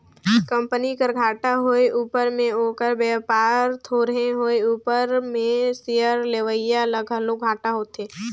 company कर घाटा होए उपर में ओकर बयपार थोरहें होए उपर में सेयर लेवईया ल घलो घाटा होथे